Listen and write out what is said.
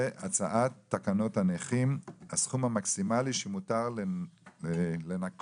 הצעת תקנות הנכים (הסכום המקסימלי שמותר לנכות